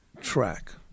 track